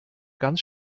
ganz